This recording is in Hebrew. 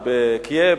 או בקייב,